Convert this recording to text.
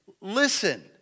listen